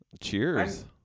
Cheers